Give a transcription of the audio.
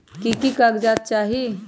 की की कागज़ात चाही?